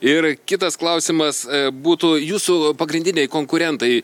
ir kitas klausimas būtų jūsų pagrindiniai konkurentai